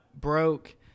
broke